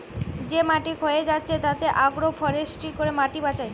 যে মাটি ক্ষয়ে যাচ্ছে তাতে আগ্রো ফরেষ্ট্রী করে মাটি বাঁচায়